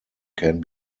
can